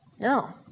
No